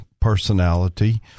personality